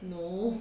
no